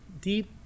deep